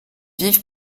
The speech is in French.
vive